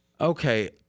Okay